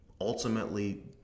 Ultimately